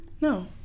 No